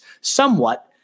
somewhat